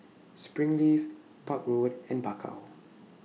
Springleaf Park Road and Bakau